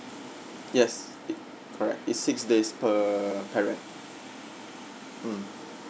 yes it correct it's six days per parent mm